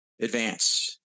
advance